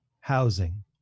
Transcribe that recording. housing